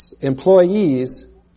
employees